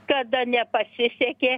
kada nepasisekė